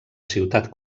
ciutat